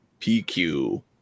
pq